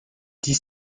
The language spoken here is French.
dix